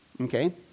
okay